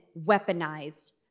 weaponized